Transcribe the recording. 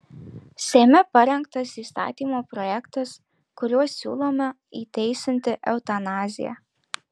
seime parengtas įstatymo projektas kuriuo siūloma įteisinti eutanaziją